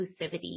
inclusivity